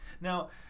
Now